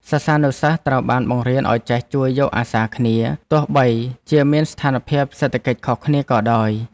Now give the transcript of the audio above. សិស្សានុសិស្សត្រូវបានបង្រៀនឱ្យចេះជួយយកអាសាគ្នាទោះបីជាមានស្ថានភាពសេដ្ឋកិច្ចខុសគ្នាក៏ដោយ។